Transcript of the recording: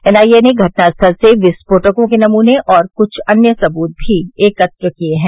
NIA ने घटनास्थल से विस्फोटकों के नमूने और कुछ अन्य सबूत भी एकत्र किए हैं